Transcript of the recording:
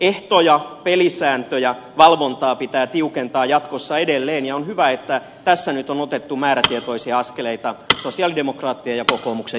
ehtoja pelisääntöjä valvontaa pitää tiukentaa jatkossa edelleen ja on hyvä että tässä nyt on otettu määrätietoisia askeleita sosialidemokraattien ja kokoomuksen johdolla